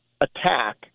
attack